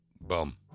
Boom